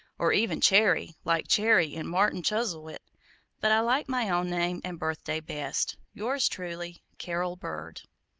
or even cherry, like cherry in martin chuzzlewit but i like my own name and birthday best. yours truly, carol bird.